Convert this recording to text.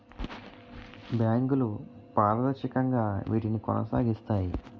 బ్యాంకులు పారదర్శకంగా వీటిని కొనసాగిస్తాయి